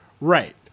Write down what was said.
right